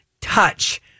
touch